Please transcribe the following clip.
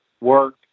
work